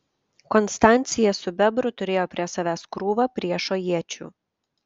konstancija su bebru turėjo prie savęs krūvą priešo iečių